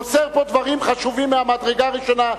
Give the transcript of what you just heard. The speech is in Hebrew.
מוסר פה דברים חשובים מהמדרגה הראשונה,